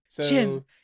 Jim